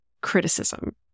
criticism